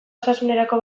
osasunerako